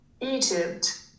Egypt